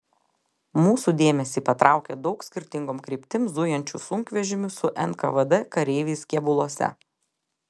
mūsų dėmesį patraukė daug skirtingom kryptim zujančių sunkvežimių su nkvd kareiviais kėbuluose